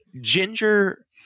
Ginger